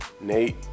Nate